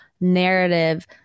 narrative